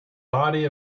body